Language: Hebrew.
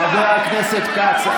חבר הכנסת כץ.